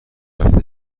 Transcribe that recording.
هفته